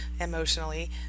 emotionally